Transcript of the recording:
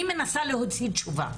אני מנסה להוציא תשובה.